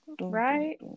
right